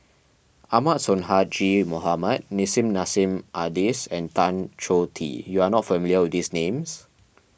Ahmad Sonhadji Mohamad Nissim Nassim Adis and Tan Choh Tee you are not familiar with these names